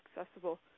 accessible